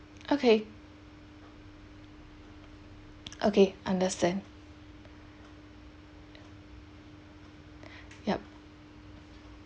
okay okay understand yup